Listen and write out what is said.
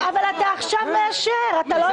אבל אתה עכשיו מאשר את זה,